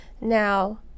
Now